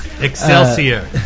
Excelsior